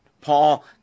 Paul